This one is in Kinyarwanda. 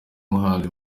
muhanzi